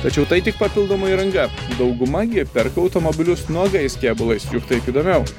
tačiau tai tik papildoma įranga dauguma gi perka automobilius nuogais kėbulais juk taip įdomiau